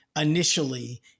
initially